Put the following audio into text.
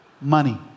money